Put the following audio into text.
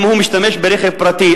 אם הוא משתמש ברכב פרטי,